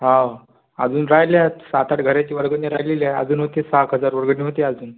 हा अजून राहिल्यात सात आठ घराची वर्गणी राहिलेलीय अजून होतेय सात हजार वर्गणी होतीय अजून